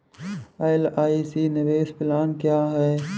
LIC निवेश plan क्या है?